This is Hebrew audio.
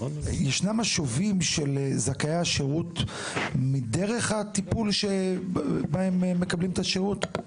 ישנם משובים של זכאי השירות על דרך הטיפול שבה הם מקבלים את השירות?